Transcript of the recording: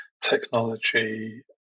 technology